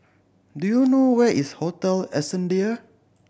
do you know where is Hotel Ascendere